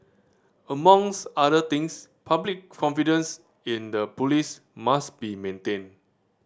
amongst other things public confidence in the police must be maintained